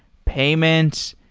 payments,